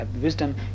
wisdom